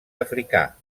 africà